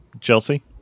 Chelsea